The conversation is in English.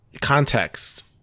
context